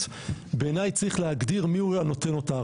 בעיניי צריך להגדיר מיהו הנותן אותה.